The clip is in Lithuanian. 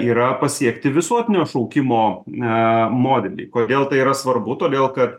yra pasiekti visuotinio šaukimo na modelį kodėl tai yra svarbu todėl kad